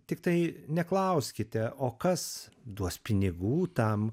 tiktai neklauskite o kas duos pinigų tam